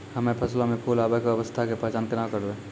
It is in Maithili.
हम्मे फसलो मे फूल आबै के अवस्था के पहचान केना करबै?